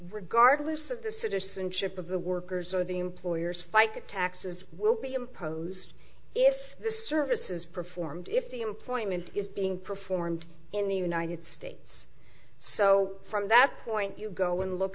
regardless of the citizenship of the workers or the employers fica taxes will be imposed if the service is performed if the employment is being performed in the united states so from that point you go and look